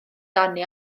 dani